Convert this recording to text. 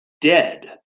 dead